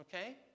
Okay